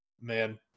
Man